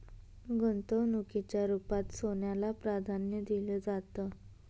गुंतवणुकीच्या रुपात सोन्याला प्राधान्य दिलं जातं